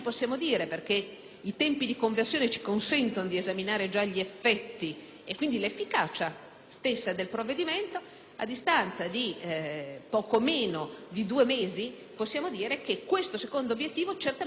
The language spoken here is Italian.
i tempi di conversione ci consentono di esaminare gli effetti e quindi l'efficacia stessa del provvedimento. A distanza di poco meno di due mesi possiamo dire che certamente non è stato centrato